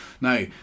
Now